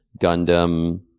Gundam